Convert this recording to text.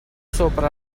sopra